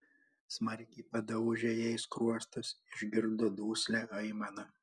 smarkiai padaužė jai skruostus išgirdo duslią aimaną